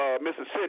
Mississippi